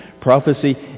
prophecy